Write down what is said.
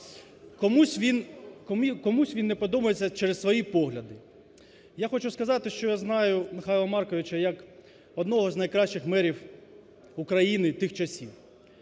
Комусь він не подобається через свої погляди. Я хочу сказати, що я знаю Михайла Марковича як одно з найкращих мерів України тих часів.